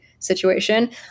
situation